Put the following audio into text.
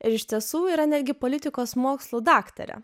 ir iš tiesų yra netgi politikos mokslų daktarė